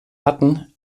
hatten